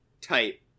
type